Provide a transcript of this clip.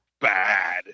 bad